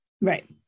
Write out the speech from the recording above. Right